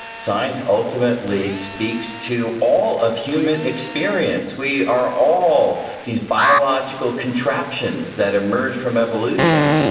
science ultimately speaks to all of human experience. we are all these biological contraptions that emerge from evolution,